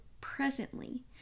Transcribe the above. presently